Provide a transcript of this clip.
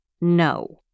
No